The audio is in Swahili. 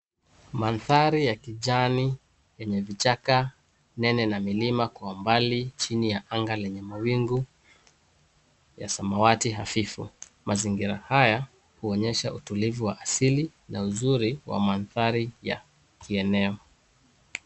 Mandhari ya kijani yenye vichaka nene na milimakwa mbali chini ya anga lenye mawingu ya samawati hafifu. Mazingira haya huonyesha utulivu wa asili na uzuri wa mandhari ya kieneo.